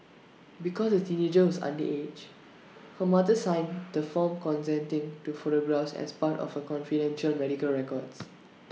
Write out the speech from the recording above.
because the teenager was underage her mother signed the form consenting to photographs as part of her confidential medical records